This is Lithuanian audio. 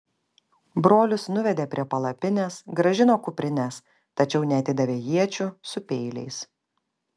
brolius nuvedė prie palapinės grąžino kuprines tačiau neatidavė iečių su peiliais